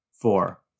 Four